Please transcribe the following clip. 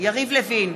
יריב לוין,